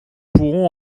pourrons